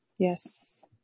Yes